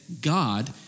God